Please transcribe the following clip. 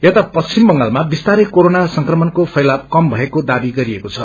याता पश्चिम बंगालमा विस्तरै कोरोना संक्रमणको फेलावः कम भएको दावी गरिएको छ